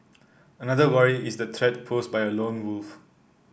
another worry is the threat posed by a lone wolf